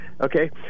okay